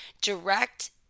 direct